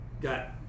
got